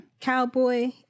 cowboy